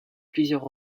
plusieurs